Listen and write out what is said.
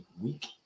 week